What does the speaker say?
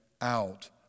out